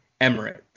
emirates